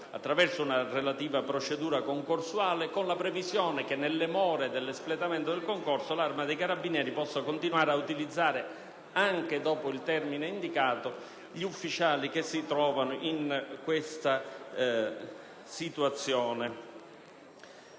attraverso una relativa procedura concorsuale con la previsione che, nelle more dell'espletamento del concorso, l'Arma dei carabinieri possa continuare ad utilizzare anche dopo il termine indicato gli ufficiali che si trovano in questa situazione.